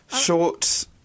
Short